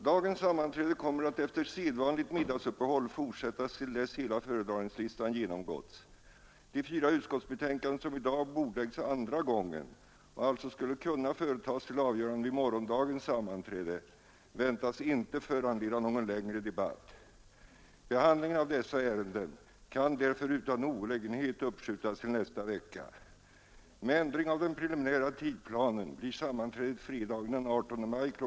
Dagens sammanträde kommer att efter sedvanligt middagsuppehåll fortsättas till dess hela föredragningslistan genomgåtts. De fyra utskottsbetänkanden, som i dag bordläggs andra gången och alltså skulle kunna företas till avgörande vid morgondagens sammanträde, väntas inte föranleda någon längre debatt. Behandlingen av dessa ärenden kan därför utan olägenhet uppskjutas till nästa vecka. Med ändring av den preliminära tidplanen blir sammanträdet fredagen den 18 maj kl.